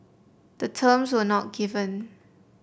the terms were not given